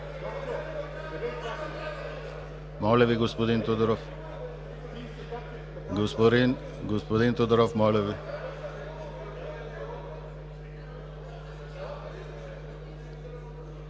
Моля Ви, господин Тодоров! Господин Тодоров, моля